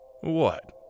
What